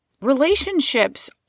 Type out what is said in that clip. Relationships